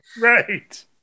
Right